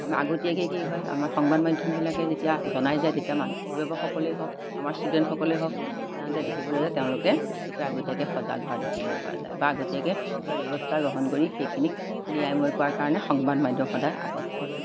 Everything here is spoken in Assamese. আমাৰ আগতীয়াকৈ কি হয় আমাৰ সংবাদ মাধ্যমবিলাকে যেতিয়া জনাই যায় তেতিয়া মানুহ অভিভাৱকসকলেই হওক আমাৰ ষ্টুডেণ্টসকলেই হওক সাধাৰণতে দেখিবলৈ পায় তেওঁলোকে কি কয় আগতীয়াকৈ সজাগ হোৱা দেখিবলৈ পোৱা যায় বা আগতীয়াকৈ কিবা ব্যৱস্থা গ্ৰহণ কৰি সেইখিনিক নিৰাময় কৰাৰ কাৰণে সংবাদ মাধ্যম সদায় আগত থাকে